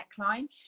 neckline